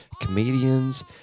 comedians